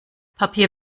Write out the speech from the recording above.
papier